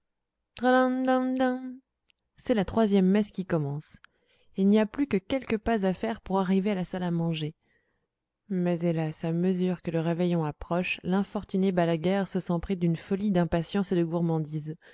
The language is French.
c'est la troisième messe qui commence il n'y a plus que quelques pas à faire pour arriver à la salle à manger mais hélas à mesure que le réveillon approche l'infortuné balaguère se sent pris d'une folie d'impatience et de gourmandise